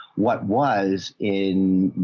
what was in,